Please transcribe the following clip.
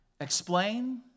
Explain